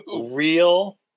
Real